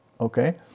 Okay